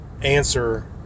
answer